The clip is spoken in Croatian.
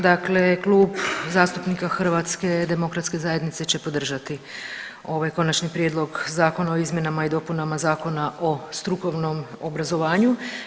Dakle Klub zastupnika HDZ-a će podržati ovaj Konačni prijedlog zakona o izmjena i dopunama Zakona o strukovnom obrazovanju.